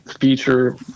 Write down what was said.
feature